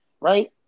right